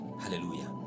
Hallelujah